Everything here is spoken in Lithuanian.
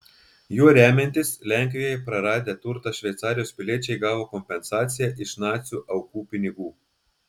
juo remiantis lenkijoje praradę turtą šveicarijos piliečiai gavo kompensaciją iš nacių aukų pinigų